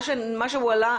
מה שהועלה,